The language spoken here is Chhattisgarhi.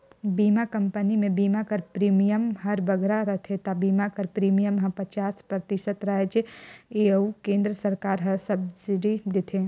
बीमा कंपनी में बीमा कर प्रीमियम हर बगरा रहथे ता बीमा कर प्रीमियम में पचास परतिसत राएज अउ केन्द्र सरकार हर सब्सिडी देथे